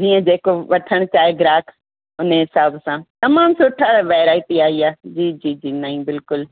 वीहें जेको वठणु चाहे ग्राहक हुन हिसाबु सां तमामु सुठा वैराइटी आई आहे जी जी जी नईं बिल्कुलु